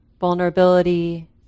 vulnerability